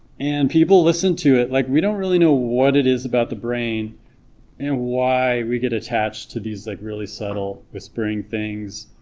and people listen to it, like we don't really know what it is about the brain and why we get attached to these like really subtle whispering things,